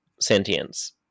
sentience